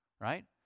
right